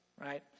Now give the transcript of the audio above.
right